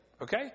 Okay